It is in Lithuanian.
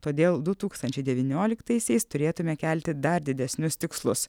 todėl du tūkstančiai devynioliktaisiais turėtume kelti dar didesnius tikslus